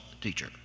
teacher